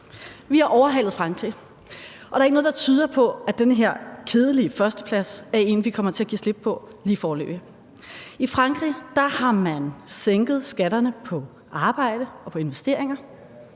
Vi har overhalet Frankrig, og der er ikke noget, der tyder på, at den her kedelige førsteplads er en, vi kommer til at give slip på lige foreløbig. I Frankrig har man sænket skatterne på arbejde og på investeringer;